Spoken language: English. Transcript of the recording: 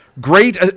great